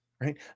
right